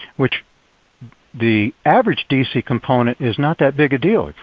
which the average dc component is not that big a deal.